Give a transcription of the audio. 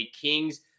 Kings